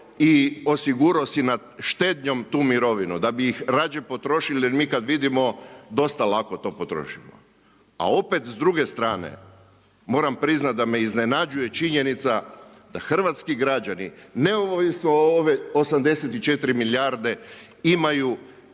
i osigurao si nad štednjom tu mirovinu, da bi ih rađe potrošili jer mi kad vidimo dosta lako to potrošimo. A opet s druge strane moram priznat da me iznenađuje činjenica da hrvatski građani neovisno o ove 84 milijarde imaju